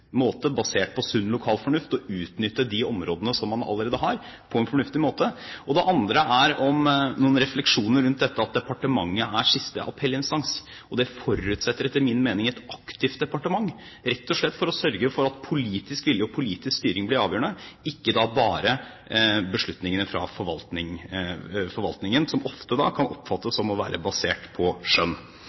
å utnytte de områdene som man allerede har. Det andre er noen refleksjoner rundt dette at departementet er siste appellinstans. Det forutsetter etter min mening et aktivt departement, rett og slett for å sørge for at politisk vilje og politisk styring blir avgjørende, ikke bare beslutningene fra forvaltningen, som ofte kan oppfattes som å være basert på skjønn.